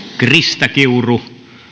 krista kiuru